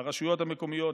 לרשויות המקומיות,